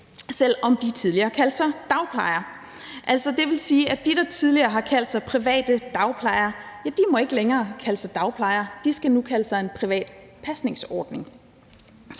selv om de tidligere kaldte sig dagplejere. Det vil sige, at de, der tidligere har kaldt sig private dagplejere, ikke længere må kalde sig dagplejere; de skal nu kalde sig en privat pasningsordning.